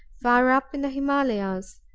far up in the himalayas.